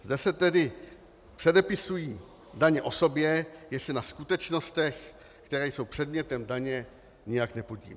Zde se tedy předepisují daně osobě, jež se na skutečnostech, které jsou předmětem daně, nijak nepodílí.